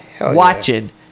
watching